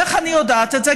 איך אני יודעת את זה?